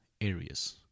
areas